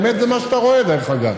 האמת זה מה שאתה רואה, דרך אגב.